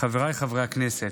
חבריי חברי הכנסת,